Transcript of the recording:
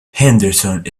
henderson